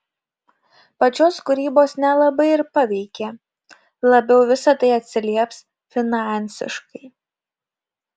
pačios kūrybos nelabai ir paveikė labiau visa tai atsilieps finansiškai